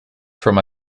from